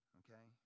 okay